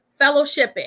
fellowshipping